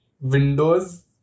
Windows